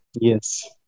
yes